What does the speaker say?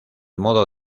modo